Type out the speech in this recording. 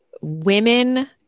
women